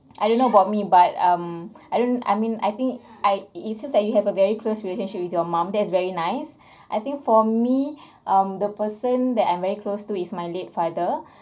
I don't know about me but um I don't I mean I think I it's just that you have a very close relationship with your mum that's very nice I think for me um the person that I'm very close to is my late father